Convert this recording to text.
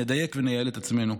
נדייק ונייעל את עצמנו.